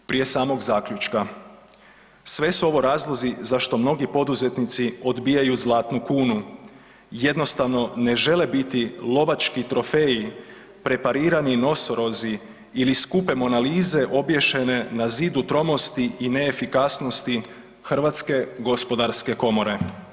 Prije samog zaključka, sve su ovo razlozi zašto mnogi poduzetnici odbijaju Zlatnu kunu jednostavno ne žele biti lovački trofeji, preparirani nosorozi ili skupe Mona Lise obješene na zidu tromosti i neefikasnosti Hrvatske gospodarske komore.